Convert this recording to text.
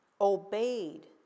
obeyed